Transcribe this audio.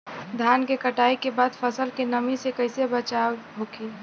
धान के कटाई के बाद फसल के नमी से कइसे बचाव होखि?